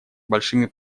большими